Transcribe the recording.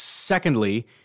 Secondly